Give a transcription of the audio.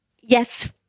Yes